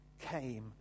came